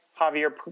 Javier